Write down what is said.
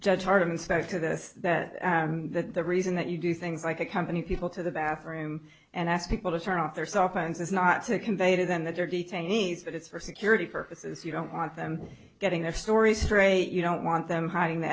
this that that the reason that you do things like a company people to the bathroom and ask people to turn off their cell phones is not to convey to them that they're detainees but it's for security purposes you don't want them getting their stories straight you don't want them hiding the